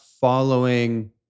following